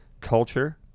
Culture